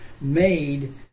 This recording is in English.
made